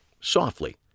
softly